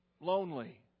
lonely